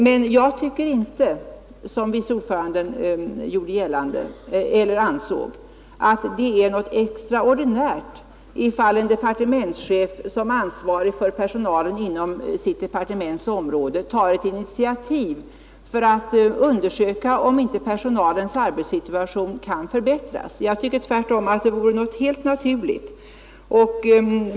Men jag tycker inte, som vice ordföranden ansåg, att det är något extraordinärt om en departementschef, som ansvarig för personalen inom sitt departementsområde, tar ett initiativ att undersöka om inte personalens arbetssituation kan förbättras. Jag tycker tvärtom att det vore något helt naturligt.